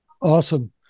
Awesome